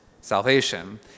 salvation